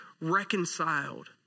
reconciled